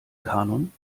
kanon